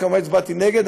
וכמובן הצבעתי נגד,